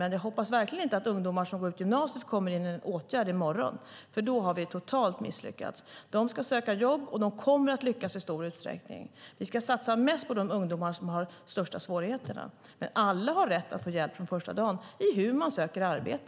Men jag hoppas verkligen inte att ungdomar som nu går ut gymnasiet kommer in i en åtgärd i morgon för då har vi totalt misslyckats. De ska söka jobb, och de kommer i stor utsträckning att lyckas få jobb. Vi ska satsa mest på de ungdomar som har de största svårigheterna. Men alla har rätt att få hjälp från första dagen i hur man söker arbete.